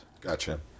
Gotcha